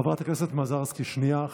חברת הכנסת מזרסקי, שנייה.